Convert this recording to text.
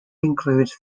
includes